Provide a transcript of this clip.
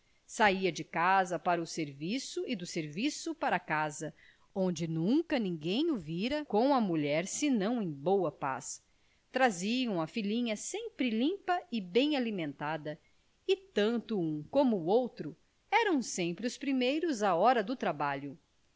sala de casa para o serviço e do serviço para casa onde nunca ninguém o vira com a mulher senão em boa paz traziam a filhinha sempre limpa e bem alimentada e tanto um como o outro eram sempre os primeiros à hora do trabalho